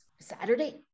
Saturday